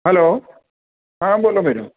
hello હા બોલો madam